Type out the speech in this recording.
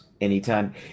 Anytime